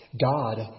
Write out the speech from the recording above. God